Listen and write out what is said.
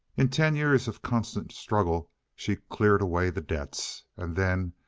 in ten years of constant struggle she cleared away the debts. and then,